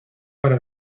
para